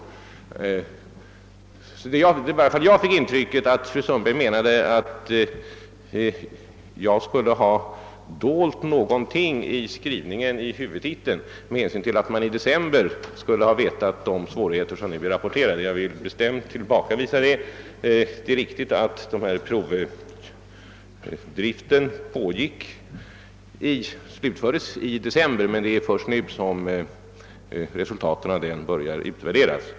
I varje fall jag fick det intrycket att fru Sundberg menade att jag skulle ha dolt något i huvudtitelns skrivning, nämligen att man redan i december skulle ha känt till de svårigheter som nu har rapporterats. Jag vill bestämt tillbakavisa detta påstående. Det är riktigt att provdriften slutfördes i december, men det är först nu som resultaten av denna börjat utvärderas.